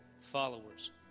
followers